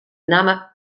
namme